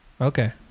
Okay